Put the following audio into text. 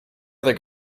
other